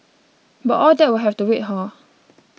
but all that will have to wait hor